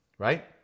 right